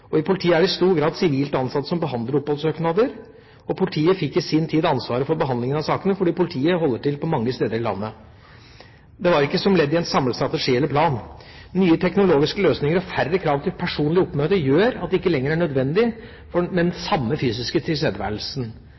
og i politiet er det i stor grad sivilt ansatte som behandler oppholdssøknader. Politiet fikk i sin tid ansvaret for behandlingen av sakene fordi politiet holder til på mange steder i landet; det var ikke som ledd i en samlet strategi eller plan. Nye teknologiske løsninger og færre krav til personlig oppmøte gjør at det ikke lenger er nødvendig med den samme fysiske tilstedeværelsen.